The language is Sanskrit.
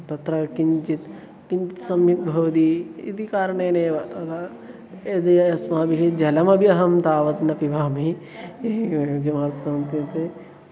तत्र किञ्चित् किञ्चित् सम्यक् भवति इति कारणेनैव तदा यदि अस्माभिः जलमपि अहं तावत् न पिबामि किमर्थम् इत्युक्ते